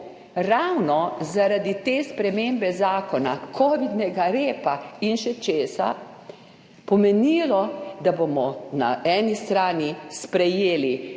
ravno zaradi te spremembe zakona, kovidnega repa in še česa pomenilo, da bomo na eni strani sprejeli